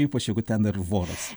ypač jeigu ten dar voras